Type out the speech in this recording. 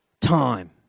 time